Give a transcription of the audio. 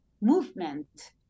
movement